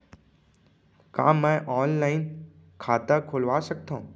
का मैं ऑनलाइन खाता खोलवा सकथव?